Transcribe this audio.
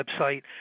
website